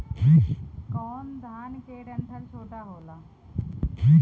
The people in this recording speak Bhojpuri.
कौन धान के डंठल छोटा होला?